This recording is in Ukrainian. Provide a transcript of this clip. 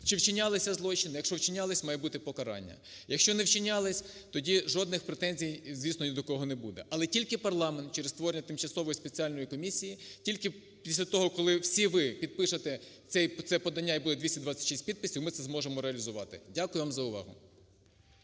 чи вчинялися злочини? Якщо вчинялись, має бути покарання. Якщо не вчинялись, тоді жодних претензій, звісно, ні до кого не буде. Але тільки парламент, через створення тимчасової спеціальної комісії, тільки після того, коли всі ви підпишете це подання і буде 226 підписів, ми це зможемо реалізувати. Дякую вам за увагу.